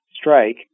strike